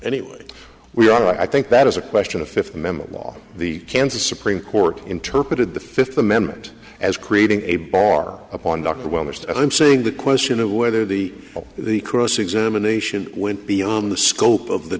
any way we are right i think that is a question of fifth amendment law the kansas supreme court interpreted the fifth amendment as creating a bar upon dr welner so i'm saying the question of whether the the cross examination went beyond the scope of the